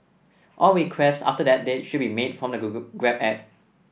all requests after that date should be made from the Grab app